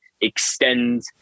extend